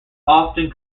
often